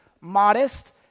modest